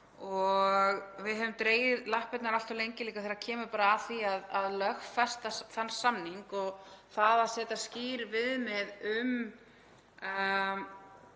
Við höfum dregið lappirnar allt of lengi líka þegar kemur að því að lögfesta þann samning og það að setja skýr viðmið um